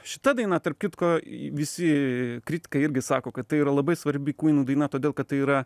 šita daina tarp kitko visi kritikai irgi sako kad tai yra labai svarbi kvynų daina todėl kad tai yra